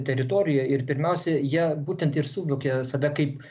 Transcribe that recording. teritorijoje ir pirmiausia jie būtent ir suvokė save kaip